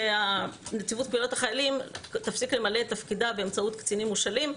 שנציבות קבילות החיילים תפסיק למלא את תפקידה באמצעות קצינים מושאלים.